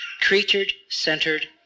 creature-centered